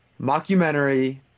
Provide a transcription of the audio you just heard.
mockumentary